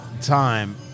time